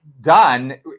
done